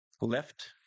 left